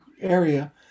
area